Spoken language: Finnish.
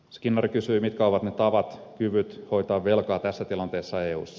skinnari kysyi mitkä ovat ne tavat kyvyt hoitaa velkaa tässä tilanteessa eussa